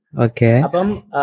Okay